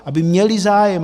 Aby měli zájem.